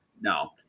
No